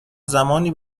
زمانی